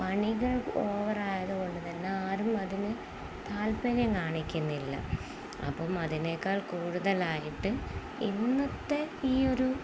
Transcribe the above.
പണികൾ ഓവറായതുകൊണ്ടുതന്നെ ആരും അതിനു താല്പര്യം കാണിക്കുന്നില്ല അപ്പോള് അതിനേക്കാൾ കൂടുതലായിട്ട് ഇന്നത്തെ ഈ ഒരു